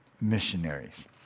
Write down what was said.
missionaries